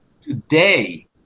today